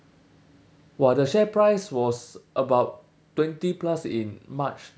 !wah! the share price was about twenty plus in march